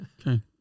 Okay